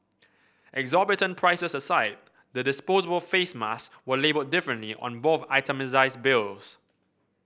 exorbitant prices aside the disposable face mask were labelled differently on both itemised bills